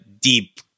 deep